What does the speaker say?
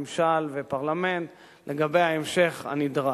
ממשל ופרלמנט לגבי ההמשך הנדרש.